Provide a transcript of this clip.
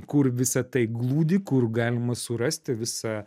kur visa tai glūdi kur galima surasti visą